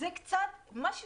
זה קצת --- לא,